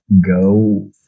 go